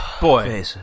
Boy